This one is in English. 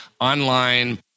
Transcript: online